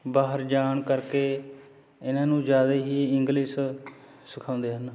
ਬਾਹਰ ਜਾਣ ਕਰਕੇ ਇਹਨਾਂ ਨੂੰ ਜ਼ਿਆਦਾ ਹੀ ਇੰਗਲਿਸ਼ ਸਿਖਾਉਂਦੇ ਹਨ